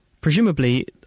presumably